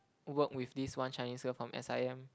work with this one Chinese girl from S_I_M